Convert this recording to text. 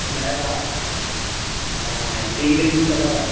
black आहे ऐं सी ग्रीन कलर आहे